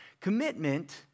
Commitment